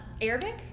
Arabic